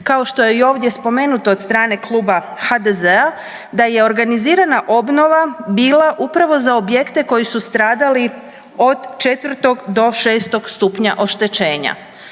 kao što je i ovdje spomenuto od strane Kluba HDZ-a da je organizirana obnova bila upravo za objekte koji su stradali od 4. do 6. stupnja oštećenja.